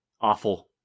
awful